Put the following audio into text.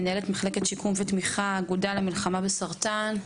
מנהלת מחלקת שיקום ותמיכה באגודה למלחמה בסרטן.